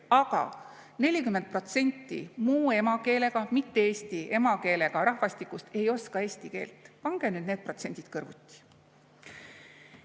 aga 40% muu emakeelega, mitte-eesti emakeelega rahvastikust ei oska eesti keelt. Pange nüüd need protsendid kõrvuti.